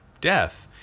Death